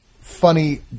funny